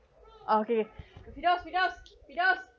okay